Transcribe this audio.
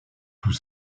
tout